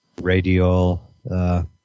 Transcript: radial